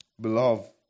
Beloved